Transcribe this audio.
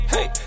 Hey